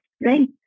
right